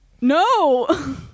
no